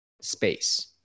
space